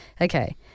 okay